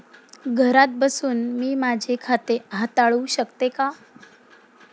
घरात बसून मी माझे खाते हाताळू शकते का?